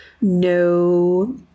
no